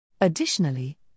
Additionally